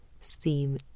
seem